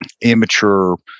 immature